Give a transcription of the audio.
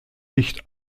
dicht